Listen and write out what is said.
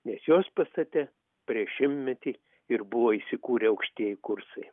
nes jos pastate prieš šimtmetį ir buvo įsikūrę aukštieji kursai